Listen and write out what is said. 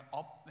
up